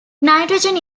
nitrogen